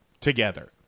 together